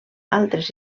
altres